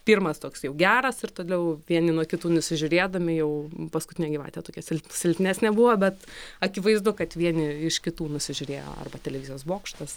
pirmas toks jau geras ir toliau vieni nuo kitų nusižiūrėdami jau paskutinė gyvatė tokia silp silpnesnė buvo bet akivaizdu kad vieni iš kitų nusižiūrėjo arba televizijos bokštas